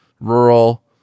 rural